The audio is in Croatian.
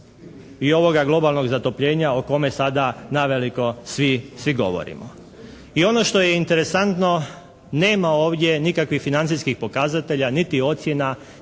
i ovoga globalnog zatopljenja o kome sada naveliko svi govorimo. I ono što je interesantno nema ovdje nikakvih financijskih pokazatelja, niti ocjena